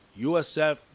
USF